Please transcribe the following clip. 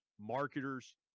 marketers